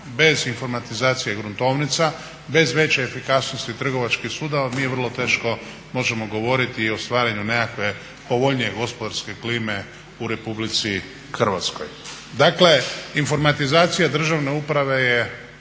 bez informatizacije gruntovnica, bez veće efikasnosti trgovačkih sudova mi vrlo teško možemo govoriti i o stvaranju nekakve povoljnije gospodarske klime u Republici Hrvatskoj. Dakle informatizacija državne uprave je